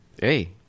Hey